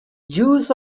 juice